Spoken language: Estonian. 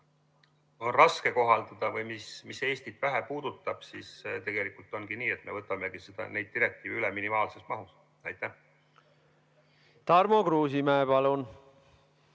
on raske kohaldada või mis Eestit vähe puudutavad, siis tegelikult ongi nii, et me võtame neid direktiive üle minimaalses mahus. Aitäh! Nii nagu ma